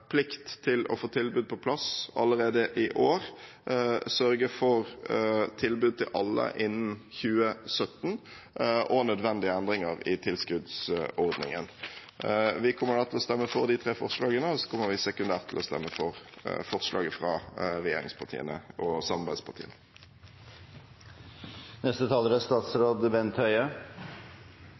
plikt til å få tilbud på plass allerede i år, sørge for tilbud til alle innen 2017 og nødvendige endringer i tilskuddsordningen. Vi kommer til å stemme for de tre forslagene, og så kommer vi sekundært til å stemme for forslaget til vedtak fra regjeringspartiene og samarbeidspartiene. Denne regjeringen er